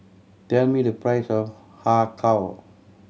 tell me the price of Har Kow